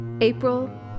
April